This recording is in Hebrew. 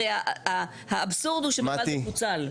הרי, האבסורד הוא שבכלל זה פוצל.